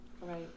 Right